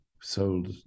sold